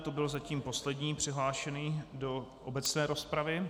To byl zatím poslední přihlášený do obecné rozpravy.